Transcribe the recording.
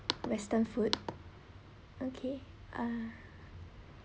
western food okay ah